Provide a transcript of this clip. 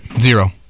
zero